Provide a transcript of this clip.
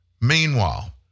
Meanwhile